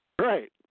right